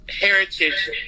heritage